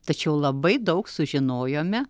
tačiau labai daug sužinojome